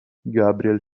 gabriel